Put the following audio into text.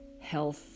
health